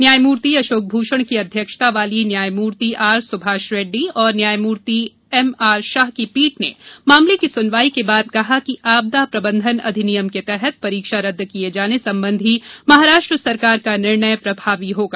न्यायमूर्ति अशोक भूषण की अध्यक्षता वाली न्यायमूर्ति आर सुभाष रेड्डी और न्यायमूर्ति एमआर शाह की पीठ ने मामले की सुनवाई के बाद हालांकि कहा कि आपदा प्रबंधन अधिनियम के तहत परीक्षा रद्द किये जाने संबंधी महाराष्ट्र सरकार का निर्णय प्रभावी होगा